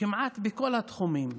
כמעט בכל התחומים